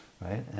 right